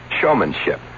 Showmanship